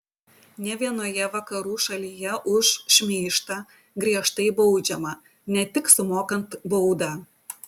ne vienoje vakarų šalyje už šmeižtą griežtai baudžiama ne tik sumokant baudą